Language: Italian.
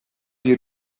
gli